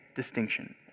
Distinction